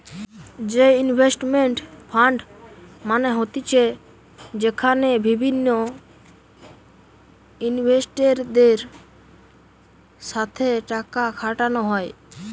investment fund মানে হতিছে যেখানে বিভিন্ন ইনভেস্টরদের সাথে টাকা খাটানো হয়